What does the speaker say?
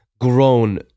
grown